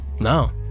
No